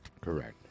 Correct